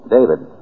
David